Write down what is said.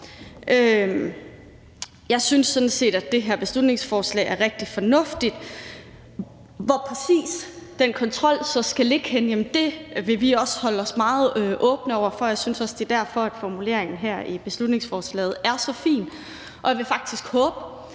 Jeg synes sådan set, at det her beslutningsforslag er rigtig fornuftigt. Hvor præcis den kontrol så skal ligge henne, vil vi også holde os meget åbne over for. Jeg synes også, at det er derfor, at formuleringen her i beslutningsforslaget er så fin. Man vil jo fra